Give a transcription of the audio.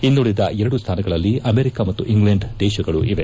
ಇನ್ನುಳಿದ ಎರಡು ಸ್ಥಾನಗಳಲ್ಲಿ ಅಮೆರಿಕಾ ಮತ್ತು ಇಂಗ್ಲೆಂಡ್ ದೇಶಗಳು ಇವೆ